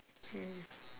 hmm